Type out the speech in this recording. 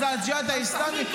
זה הג'יהאד האסלמי?